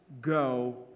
go